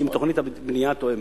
אם תוכנית הבנייה תואמת,